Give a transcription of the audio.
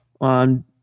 on